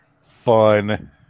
Fun